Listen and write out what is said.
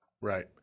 Right